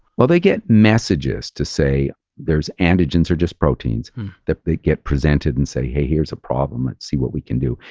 well, they get messages to say there's antigens or just proteins that they get presented and say, hey, here's a problem. let's see what we can do.